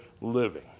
living